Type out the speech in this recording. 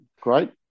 great